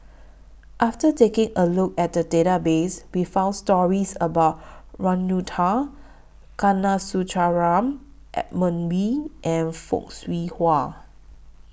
after taking A Look At The Database We found stories about Ragunathar Kanagasuntheram Edmund Wee and Fock Siew Wah